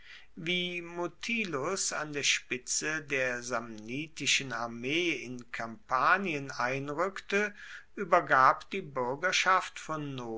wie mutilus an der spitze der samnitischen armee in kampanien einrückte übergab die bürgerschaft von